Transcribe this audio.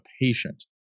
patient